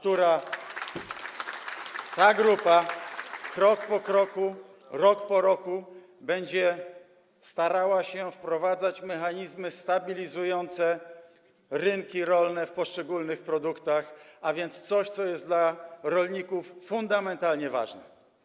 Ta grupa krok po kroku, rok po roku będzie starała się wprowadzać mechanizmy stabilizujące rynki rolne poszczególnych produktów, a więc coś, co jest dla rolników fundamentalnie ważne.